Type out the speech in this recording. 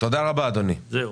זהו.